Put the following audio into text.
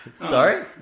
sorry